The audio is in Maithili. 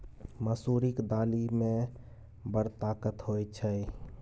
मसुरीक दालि मे बड़ ताकत होए छै